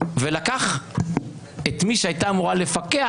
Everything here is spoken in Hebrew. ולקח את מי שהייתה אמורה לפקח,